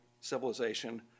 civilization